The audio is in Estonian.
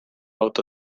auto